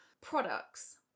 products